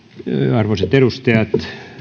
arvoisat edustajat